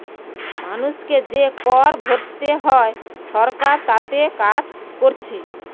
মানুষকে যে কর ভোরতে হয় সরকার তাতে কাজ কোরছে